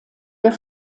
der